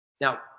Now